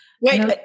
Wait